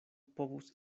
povus